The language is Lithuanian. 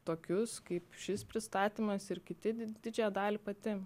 tokius kaip šis pristatymas ir kiti didžiąją dalį pati